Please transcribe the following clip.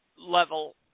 level